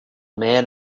man